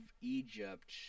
Egypt